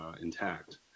intact